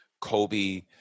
Kobe